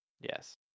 Yes